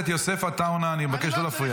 חבר הכנסת יוסף עטאונה, אני מבקש לא להפריע.